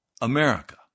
America